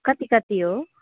कति कति हो